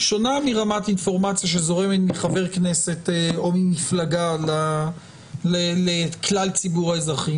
שונה מרמת אינפורמציה שזורמת מחבר כנסת או ממפלגה לכלל ציבור האזרחים.